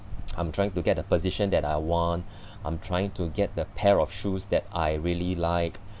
I'm trying to get the position that I want I'm trying to get the pair of shoes that I really like